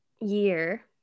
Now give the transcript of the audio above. year